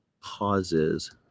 causes